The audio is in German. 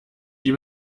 die